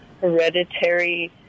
hereditary